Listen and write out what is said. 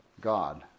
God